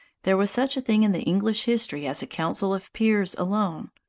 there was such a thing in the english history as a council of peers alone,